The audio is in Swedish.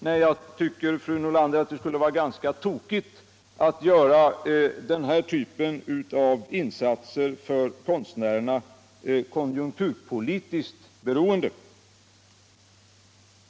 Nej, fru Nordlander, jag tycker det skulle vara ganska tokigt att göra denna typ av insatser för konstnärerna konjunkturpolitiskt beroende.